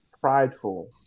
prideful